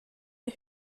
der